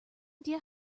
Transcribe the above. idea